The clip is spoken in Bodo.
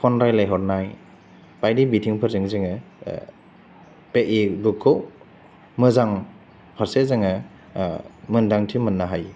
फन रायलायहरनाय बायदि बिथिंफोरजों जोङो बे इ बुखखौ मोजां फारसे जोङो मोनदांथि मोननो हायो